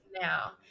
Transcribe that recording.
now